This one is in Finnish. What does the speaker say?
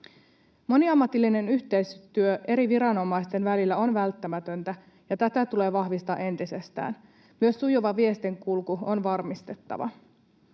Moniammatillinen yhteistyö eri viranomaisten välillä on välttämätöntä, ja tätä tulee vahvistaa entisestään. Myös sujuva viestin kulku on varmistettava.